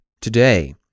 today